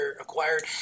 acquired